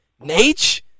Nate